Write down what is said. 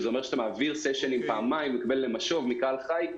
שזה אומר שאתה מעביר סשנים פעמיים ומקבל משוב מקהל חי.